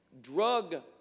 drug